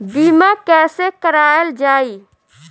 बीमा कैसे कराएल जाइ?